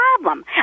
problem